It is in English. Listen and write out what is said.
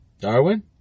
Darwin